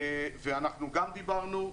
ואנחנו גם דיברנו.